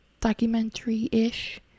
documentary-ish